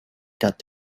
that